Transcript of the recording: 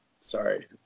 Sorry